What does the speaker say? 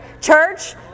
Church